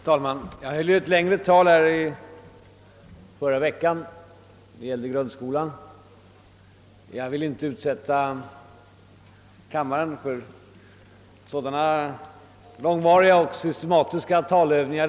Herr talman! Förra veckan höll jag här ett längre anförande om grundskolan, och jag skall nu inte fresta kammarens ledamöter med sådana långvariga och systematiska talövningar.